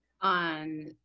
on